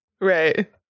Right